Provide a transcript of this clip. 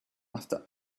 after